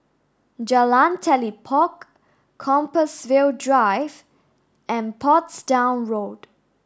Jalan Telipok Compassvale Drive and Portsdown Road